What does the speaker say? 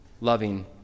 loving